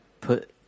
put